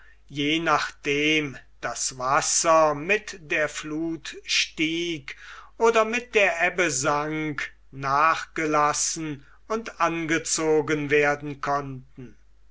je nachdem das wasser mit der fluth stieg oder mit der ebbe sank nachgelassen und angezogen werden konnten